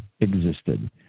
existed